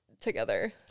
together